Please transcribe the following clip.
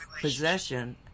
possession